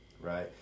right